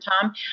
Tom